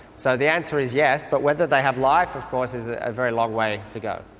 so the answer is yes, but whether they have life of course is a very long way to go.